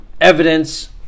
evidence